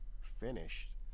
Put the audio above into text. finished